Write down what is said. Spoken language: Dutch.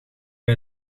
bij